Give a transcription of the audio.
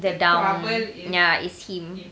the down~ ya is him